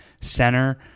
center